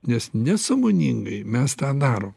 nes nesąmoningai mes tą darom